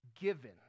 given